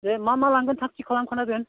दे मा मा लांगोन थाग थिग खालामखाना दोन